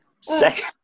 Second